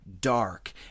dark